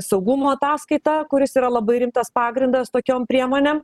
saugumo ataskaita kuris yra labai rimtas pagrindas tokiom priemonėm